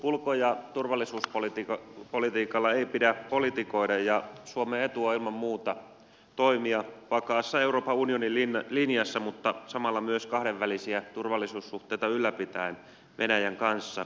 ulko ja turvallisuuspolitiikalla ei pidä politikoida ja suomen etu on ilman muuta toimia vakaassa euroopan unionin linjassa mutta samalla myös kahdenvälisiä turvallisuussuhteita ylläpitäen venäjän kanssa